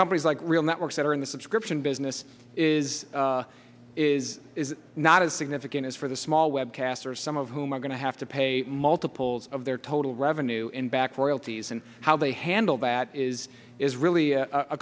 companies like real networks that are in the subscription business is is is not as significant as for the small webcasts are some of whom are going to have to pay multiples of their total revenue in back royalties and how they handle that is is really a